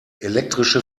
elektrische